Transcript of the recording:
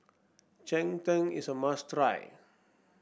Cheng Tng is a must try